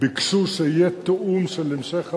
ביקשו שיהיה תיאום של המשך המהלך.